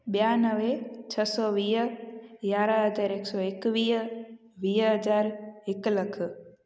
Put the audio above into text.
ॿियानवे छह सौ वीह यारहं हज़ार हिकु सौ एकवीह वीह हज़ार हिकु लखु